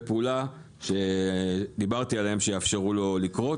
הפעולה שדיברתי עליהם שיאפשרו לזה לקרות,